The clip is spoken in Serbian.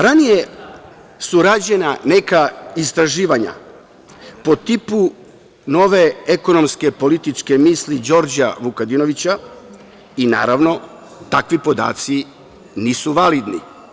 Ranije su rađena neka istraživanja po tipu nove ekonomske političke misli Đorđa Vukadinovića i naravno, takvi podaci nisu validni.